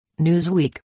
Newsweek